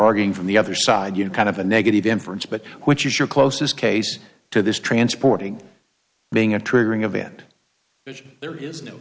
arguing from the other side you know kind of a negative inference but which is your closest case to this transporting being a triggering event vision there is no